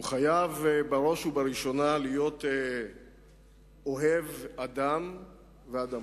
הוא חייב, בראש ובראשונה, להיות אוהב אדם ואדמה.